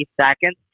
seconds